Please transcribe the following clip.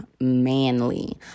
manly